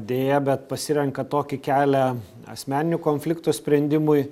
deja bet pasirenka tokį kelią asmeninių konfliktų sprendimui